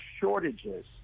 shortages